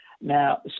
Now